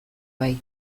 bai